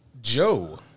Joe